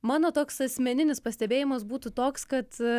mano toks asmeninis pastebėjimas būtų toks kad